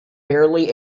barely